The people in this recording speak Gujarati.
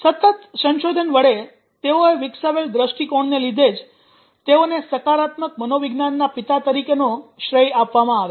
સતત સંશોધન વડે તેઓએ વિકસાવેલ દ્રષ્ટિકોણને લીધે જ તેઓને સકારાત્મક મનોવિજ્ઞાનના પિતા તરીકેનો શ્રેય આપવામાં આવે છે